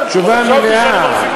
תשובה מלאה.